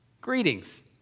greetings